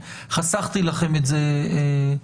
חסכתי לכם את זה הבוקר.